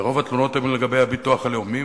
ורוב התלונות הן לגבי הביטוח הלאומי,